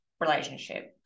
relationship